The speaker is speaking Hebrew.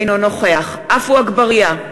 אינו נוכח עפו אגבאריה,